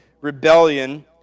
rebellion